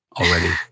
already